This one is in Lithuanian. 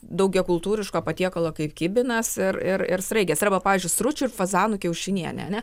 daugiakultūriško patiekalo kaip kibinas ir ir ir sraigės arba pavyzdžiui stručių ir fazanų kiaušinienė